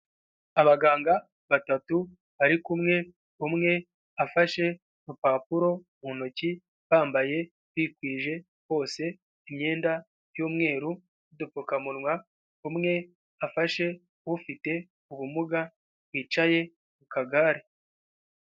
Abaganga batatu bari kumwe, umwe afashe urupapuro mu ntoki, bambaye bikwije hose imyenda y'umweru n'udupfukamunwa, umwe afashe ufite ubumuga wicaye ku kagare.